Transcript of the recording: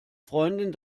freundin